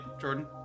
jordan